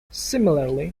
similarly